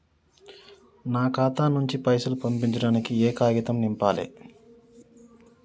నా ఖాతా నుంచి పైసలు పంపించడానికి ఏ కాగితం నింపాలే?